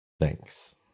Thanks